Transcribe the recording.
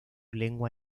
lengua